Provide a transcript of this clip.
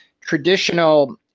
traditional